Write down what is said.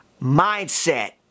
Mindset